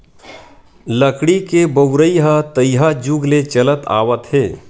लकड़ी के बउरइ ह तइहा जुग ले चलत आवत हे